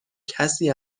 کسی